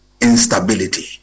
instability